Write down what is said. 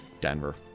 Denver